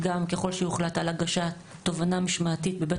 ככל שיוחלט על הגשת תובענה משמעתית בבית